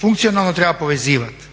funkcionalno treba povezivati.